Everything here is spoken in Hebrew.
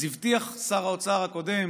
אז הבטיחו שר האוצר הקודם